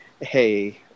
hey